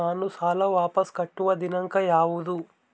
ನಾನು ಸಾಲ ವಾಪಸ್ ಕಟ್ಟುವ ದಿನಾಂಕ ಯಾವುದು?